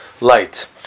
light